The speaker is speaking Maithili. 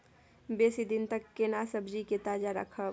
बेसी दिन तक केना सब्जी के ताजा रखब?